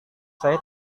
saya